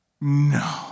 No